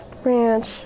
ranch